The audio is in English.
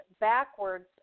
backwards